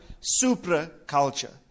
supra-culture